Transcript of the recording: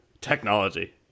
technology